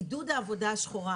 עידוד העבודה השחורה,